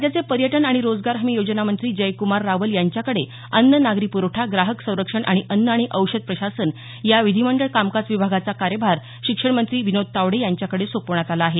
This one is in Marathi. राज्याचे पर्यटन आणि रोजगार हमी योजना मंत्री जयक्मार रावल यांच्याकडे अन्न नागरी प्रवठा ग्राहक संरक्षण आणि अन्न आणि औषध प्रशासन या विधीमंडळ कामकाज विभागाचा कार्यभार शिक्षण मंत्री विनोद तावडे यांच्याकडे सोपवण्यात आला आहे